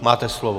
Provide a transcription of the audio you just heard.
Máte slovo.